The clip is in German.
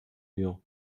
hier